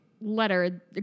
Letter